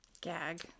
Gag